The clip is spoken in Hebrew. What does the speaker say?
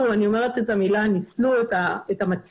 - ואני אומרת את המילה ניצלו את המצב,